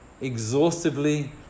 exhaustively